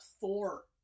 Thor